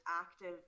active